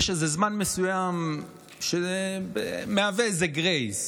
יש איזה זמן מסוים שמהווה איזה גרייס.